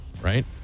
right